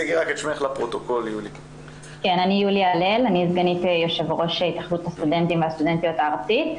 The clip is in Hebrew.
אני סגנית יושב-ראש התאחדות הסטודנטים והסטודנטיות הארצית.